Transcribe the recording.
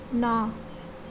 ন